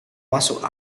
masuk